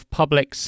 public